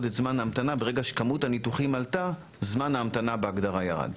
את זמן ההמתנה ברגע שכמות הניתוחים עלתה זמן ההמתנה בהגדרה ירד.